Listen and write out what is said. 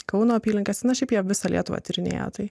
kauno apylinkėse na šiaip jie visą lietuvą tyrinėja tai